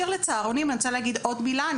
אני רוצה להגיד עוד מילה בהקשר לצהרונים,